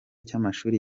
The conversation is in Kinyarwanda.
cy’amashuri